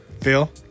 Phil